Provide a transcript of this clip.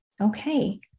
Okay